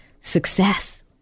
success